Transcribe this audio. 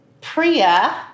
Priya